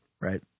Right